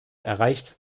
erreicht